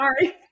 sorry